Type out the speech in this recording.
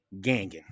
ganging